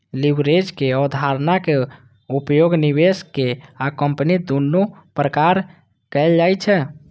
लीवरेजक अवधारणाक उपयोग निवेशक आ कंपनी दुनू द्वारा कैल जाइ छै